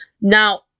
Now